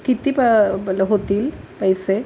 किती प ब होतील पैसे